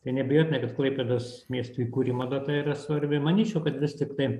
tai neabejotinai kad klaipėdos miesto įkūrimo data yra svarbi manyčiau kad vis tiktai